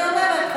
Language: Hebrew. אז אני אומרת,